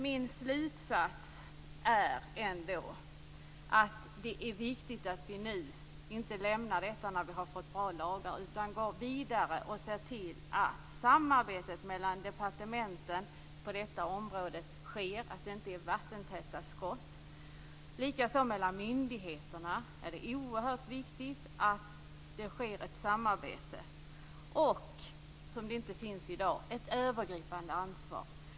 Min slutsats är att det är viktigt att vi nu inte lämnar detta område när det har blivit bra lagar. Vi måste gå vidare och se till att departementen samarbetar på detta område, att det inte blir vattentäta skott. Det är likaså viktigt att det sker ett samarbete mellan myndigheterna. Det måste finnas ett övergripande ansvar.